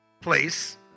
place